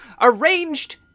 arranged